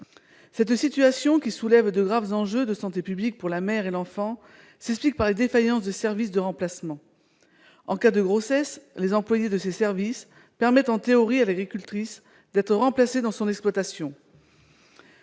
Cette situation, qui soulève de graves enjeux de santé publique pour la mère et l'enfant, s'explique par les défaillances des services de remplacement. En cas de grossesse, les employés de ces services permettent en théorie à l'agricultrice d'être remplacée dans son exploitation.